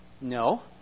No